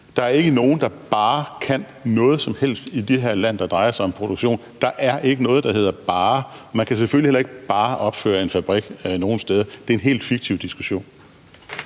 Der er ikke nogen, der bare kan noget som helst i det her land, når det drejer sig om produktion. Der er ikke noget, der hedder bare. Man kan selvfølgelig heller ikke bare opføre en fabrik nogen steder. Det er en helt fiktiv diskussion.